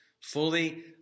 Fully